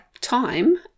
time